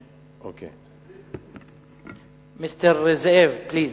Mister Ze'ev, please.